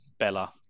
Bella